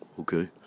Okay